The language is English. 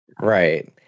right